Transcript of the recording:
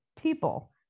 people